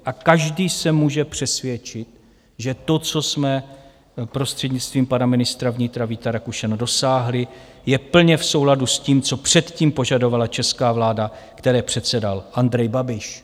A každý se může přesvědčit, že to, co jsme prostřednictvím pana ministra vnitra Víta Rakušana dosáhli, je plně v souladu s tím, co předtím požadovala česká vláda, které předsedal Andrej Babiš.